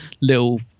little